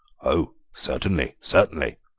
oh, certainly, certainly,